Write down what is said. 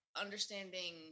understanding